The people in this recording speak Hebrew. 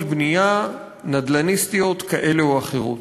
בנייה נדל"ניסטיות כאלה או אחרות.